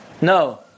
No